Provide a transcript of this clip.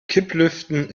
kipplüften